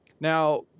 Now